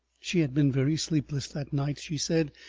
she had been very sleepless that night, she said,